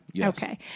Okay